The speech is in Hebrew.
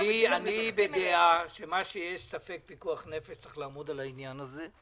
אני בדעה שמה שיש ספק פיקוח נפש צריך לעמוד על העניין הזה.